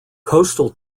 coastal